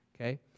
Okay